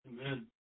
Amen